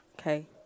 Okay